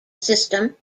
system